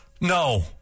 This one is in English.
No